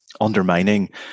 undermining